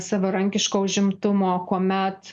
savarankiško užimtumo kuomet